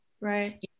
Right